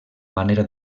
manera